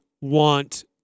want